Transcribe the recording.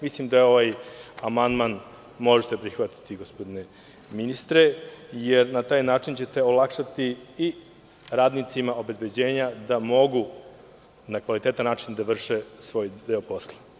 Mislim da ovaj amandman možete prihvatiti, gospodine ministre, jer ćete na taj način olakšati i radnicima obezbeđenja da mogu na kvalitetan način da vrše svoj deo posla.